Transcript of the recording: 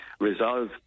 resolve